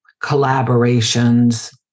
collaborations